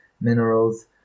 Minerals